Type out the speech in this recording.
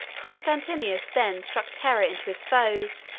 constantius then struck terror into his foes,